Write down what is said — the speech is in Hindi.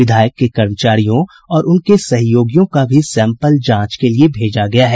विधायक के कर्मचारियों और उनके सहयोगियों का भी सैम्पल जांच के लिए भेजा गया है